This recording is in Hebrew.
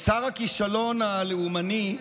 שר הכישלון הלאומני,